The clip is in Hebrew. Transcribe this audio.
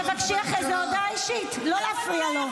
תבקשי אחרי זה הודעה אישית, לא להפריע.